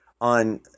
on